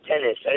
tennis